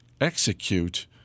execute